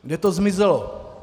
Kde to zmizelo?